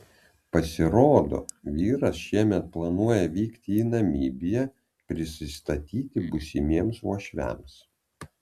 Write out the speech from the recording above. pasirodo vyras šiemet planuoja vykti į namibiją prisistatyti būsimiems uošviams